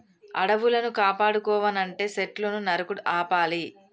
అడవులను కాపాడుకోవనంటే సెట్లును నరుకుడు ఆపాలి